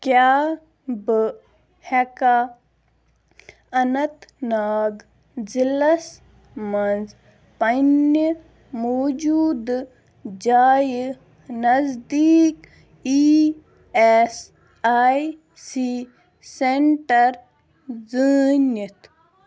کیٛاہ بہٕ ہٮ۪کا اَننت ناگ ضِلعس مَنٛز پنٛنہِ موٗجوٗدٕ جایہِ نزدیٖک E S I C centre زٲنِتھ